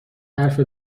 حرف